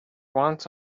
want